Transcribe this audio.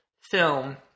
film